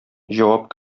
җавап